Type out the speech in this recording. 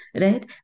right